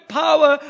power